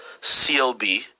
CLB